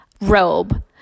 robe